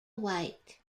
white